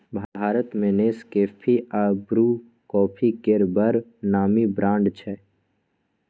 भारत मे नेसकेफी आ Bru coffee केर बड़ नामी ब्रांड छै